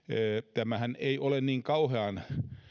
tämähän ei ole niin kauhean